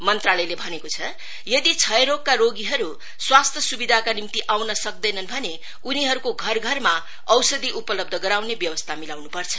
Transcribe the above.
मंत्रालयले भनेको छ यदि श्रयरोगका रोगीहरु स्वास्थ्य सुविधाका निम्ति आउन सक्दैनन् भने उनीहरुको घरघरमा औषधि उपलब्ध गराउने व्यवस्था मिलाउनु पर्छ